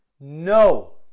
No